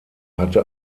hatte